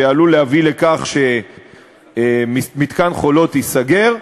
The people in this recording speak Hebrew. שעלול להביא לכך שמתקן "חולות" ייסגר,